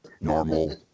normal